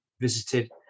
visited